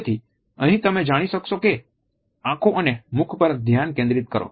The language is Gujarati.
તેથી અહીં તમે જાણી શકશો કે આંખો અને મુખ પર ધ્યાન કેન્દ્રિત કરો